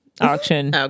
auction